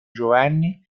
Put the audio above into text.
giovanni